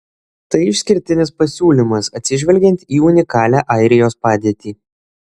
tai išskirtinis pasiūlymas atsižvelgiant į unikalią airijos padėtį